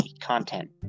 content